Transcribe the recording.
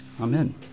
Amen